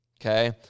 okay